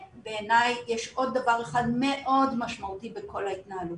ובעיניי יש עוד דבר אחד מאוד משמעותי בכל ההתנהלות.